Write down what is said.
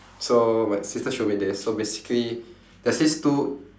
so my sister showed me this so basically there's this two